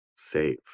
save